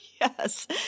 Yes